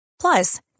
Plus